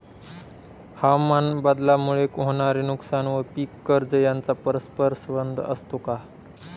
हवामानबदलामुळे होणारे नुकसान व पीक कर्ज यांचा परस्पर संबंध असतो का?